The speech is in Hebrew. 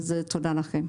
תודה לכם.